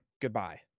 Goodbye